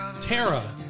Tara